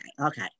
Okay